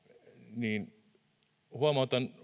niin huomautan